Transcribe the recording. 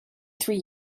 three